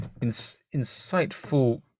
insightful